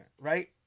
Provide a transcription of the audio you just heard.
right